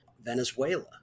Venezuela